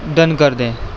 done کر دیں